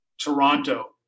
Toronto